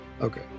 Okay